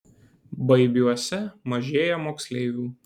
baibiuose mažėja moksleivių